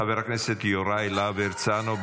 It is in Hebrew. חבר הכנסת יוראי להב הרצנו,